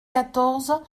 quatorze